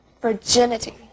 virginity